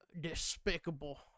Despicable